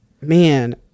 man